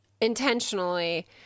intentionally